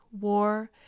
War